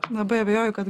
labai abejoju kad